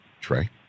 trey